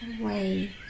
away